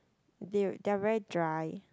they they are very dry